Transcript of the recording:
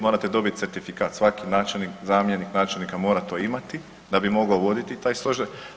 Morate dobiti certifikat, svaki načelnik, zamjenik načelnika mora to imati da bi mogao voditi taj stožer.